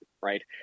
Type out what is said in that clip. right